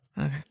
Okay